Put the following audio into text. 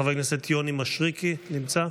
חבר הכנסת יוני מישרקי נמצא?